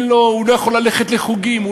הוא לא יכול ללכת לחוגים,